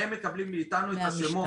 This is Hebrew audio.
הם מקבלים מאיתנו את השמות,